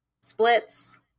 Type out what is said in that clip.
splits